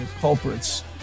culprits